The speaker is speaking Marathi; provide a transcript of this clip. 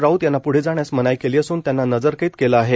राऊत यांना पुढे जाण्यास मनाई केली असून त्यांना नजरकैद केलं आहे